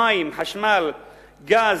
מים, חשמל, גז,